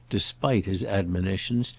despite his admonitions,